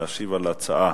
להשיב על ההצעה.